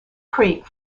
creek